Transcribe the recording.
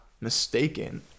mistaken